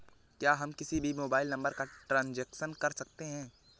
क्या हम किसी भी मोबाइल नंबर का ट्रांजेक्शन कर सकते हैं?